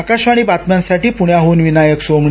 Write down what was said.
आकाशवाणी बातम्यांसाठी पृण्याहन विनायक सोमणी